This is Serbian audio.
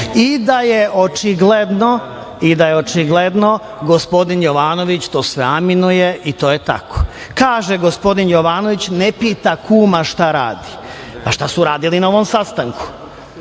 i da je očigledno gospodin Jovanović to sve aminovao i da je to tako. Kaže gospodin Jovanović da ne pita kuma šta radi. Pa, šta su radili na ovom sastanku?